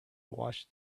watched